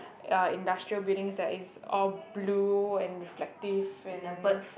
uh industrial buildings that is all blue and reflective and